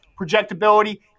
projectability